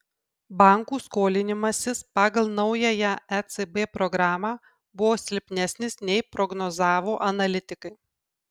bankų skolinimasis pagal naująją ecb programą buvo silpnesnis nei prognozavo analitikai